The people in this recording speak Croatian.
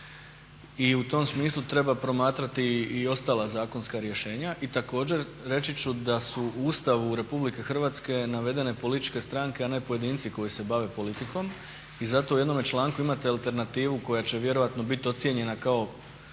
I u tom smislu treba promatrati i ostala zakonska rješenja. I također reći ću da su u Ustavu Republike Hrvatske navedene političke stranke a ne pojedinci koji se bave politikom. I zato u jednome članku imate alternativu koja će vjerojatno biti ocijenjena kao